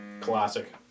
classic